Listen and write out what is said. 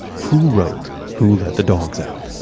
who wrote, who let the dogs out